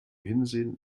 hinsehen